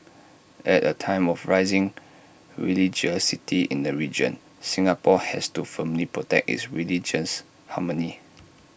at A time of rising religiosity in the region Singapore has to firmly protect its religious harmony